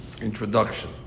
introduction